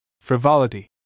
Frivolity